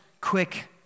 quick